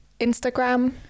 Instagram